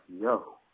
yo